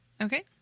Okay